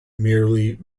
merely